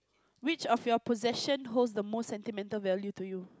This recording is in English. which of your possession holds the most sentimental value to you